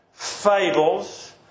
fables